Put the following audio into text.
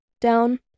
down